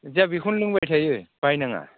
जोंहा बेखौनो लोंबाय थायो बायनाङा